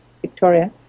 Victoria